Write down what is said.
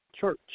church